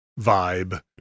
vibe